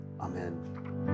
Amen